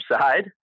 side